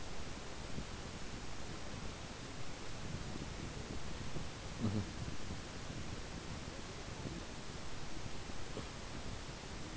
mmhmm